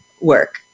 work